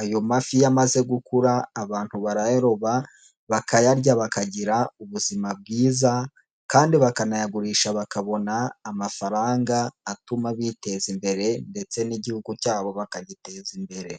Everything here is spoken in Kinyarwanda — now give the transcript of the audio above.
ayo mafi iyo amaze gukura abantu barayaroba bakayarya bakagira ubuzima bwiza kandi bakanayagurisha bakabona amafaranga atuma biteza imbere ndetse n'Igihugu cyabo bakagiteza imbere.